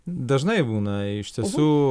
dažnai būna iš tiesų